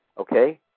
Okay